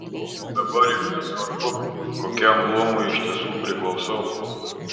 dabar jau nesvarbu kokiam luomui iš tiesų priklausau